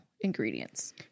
ingredients